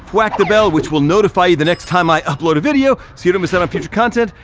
whack the bell which will notify you the next time i upload a video so you don't miss out on future content.